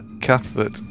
Cuthbert